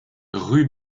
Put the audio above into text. rue